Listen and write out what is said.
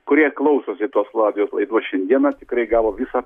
kurie klausosi tos radijo laidos šiandieną tikrai gavo visą